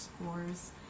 scores